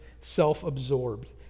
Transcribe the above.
self-absorbed